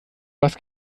was